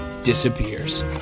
Disappears